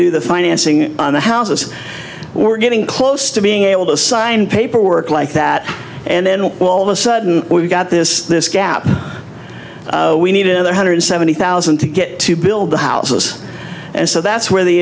do the financing on the houses we're getting close to being able to sign paperwork like that and then all of a sudden we got this this gap we need another hundred seventy thousand to get to build the houses and so that's where the